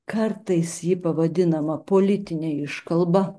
kartais ji pavadinama politine iškalba